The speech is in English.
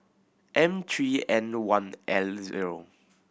M three N one L zero